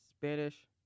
Spanish